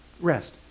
Rest